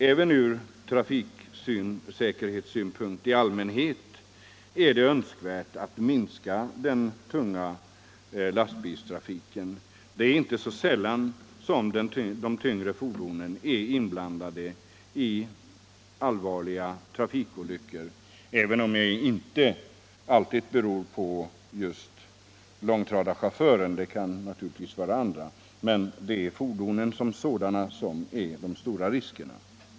Även ur trafiksäkerhetssynpunkt i allmänhet är det önskvärt att minska den tunga lastbilstrafiken. Det är inte så sällan som de tyngre fordonen är inblandade i allvarliga trafikolyckor. Även om dessa långt ifrån alltid beror på långtradarchaufförerna, är det ändå fordonen som sådana som utgör de stora riskerna.